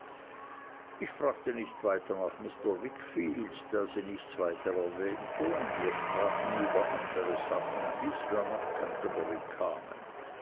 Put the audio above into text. ich fragte nicht weiter nach mr wickfield da sie nichts weiter erwähnte und wir sprachen über andere sachen bis wir nach canterbury kamen